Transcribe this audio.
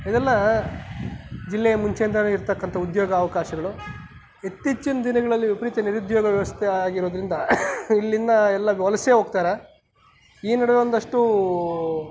ಇದೆಲ್ಲ ಜಿಲ್ಲೆಯ ಮುಂಚೆಯಿಂದನೂ ಇರತಕ್ಕಂತಹ ಉದ್ಯೋಗಾವಕಾಶಗಳು ಇತ್ತೀಚಿನ ದಿನಗಳಲ್ಲಿ ವಿಪರೀತ ನಿರುದ್ಯೋಗ ವ್ಯವಸ್ಥೆ ಆಗಿರೋದರಿಂದ ಇಲ್ಲಿಂದ ಎಲ್ಲ ವಲಸೆ ಹೋಗ್ತಾರೆ ಈ ನಡುವೆ ಒಂದಷ್ಟು